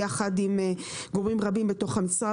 יחד עם גורמים רבים בתוך המשרד,